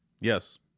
Yes